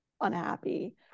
unhappy